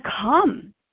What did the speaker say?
come